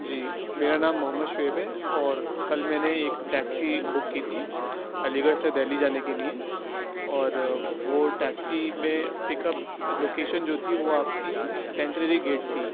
جی میرا نام محمد شعیب ہے اور کل میں نے ایک ٹیکسی بک کی تھی علی گڑھ سے دہلی جانے کے لیے اور وہ ٹیکسی میں پک اپ لوکیشن جو تھی وہ آپ کی سینٹریری گیٹ تھی